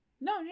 No